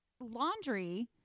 laundry